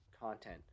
content